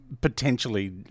Potentially